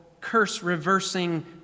curse-reversing